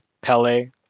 Pele